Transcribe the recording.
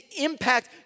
impact